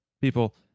people